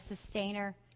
sustainer